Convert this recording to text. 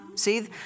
see